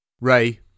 Ray